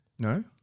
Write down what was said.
No